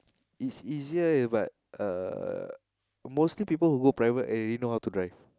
it's easier but uh mostly people who go private already know how to drive